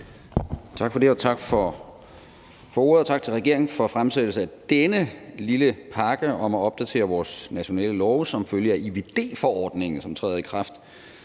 Tak for det, og tak for ordet, og tak til regeringen for fremsættelse af denne lille pakke om at opdatere vores nationale love som følge af IVD-forordningen, som træder i kraft